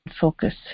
focus